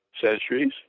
centuries